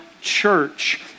church